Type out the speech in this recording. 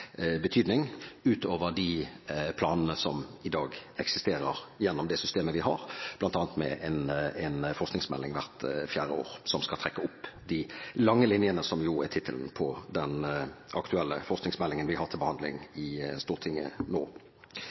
betydning utover de planene som i dag eksisterer, gjennom det systemet vi har, bl.a. med en forskningsmelding hvert fjerde år som skal trekke opp de lange linjene – som jo er tittelen på den aktuelle forskningsmeldingen vi har til behandling i Stortinget nå.